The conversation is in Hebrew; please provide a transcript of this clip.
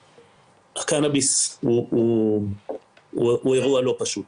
הקנאביס הוא אירוע לא פשוט.